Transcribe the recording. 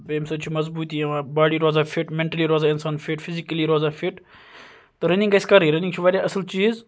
بیٚیہِ امہِ سۭتۍ چھِ مَضبوٗطی یِوان باڑی روزان فِٹ میٚنٹَلی روزان اِنسان فِٹ فِزِکلی روزان فِٹ تہٕ رَنِنٛگ گَژھِ کَرٕنۍ رَنِنٛگ چھِ واریاہ اصل چیٖز